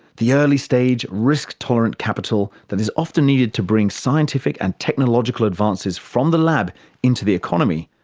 the early-stage risk-tolerant capital that is often needed to bring scientific and technological advances from the lab into the economy,